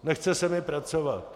Nechce se mi pracovat.